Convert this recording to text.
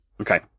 okay